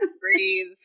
breathe